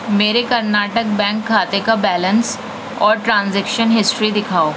میرے کرناٹک بینک کھاتے کا بیلنس اور ٹرانزیکشن ہسٹری دکھاؤ